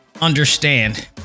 understand